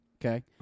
Okay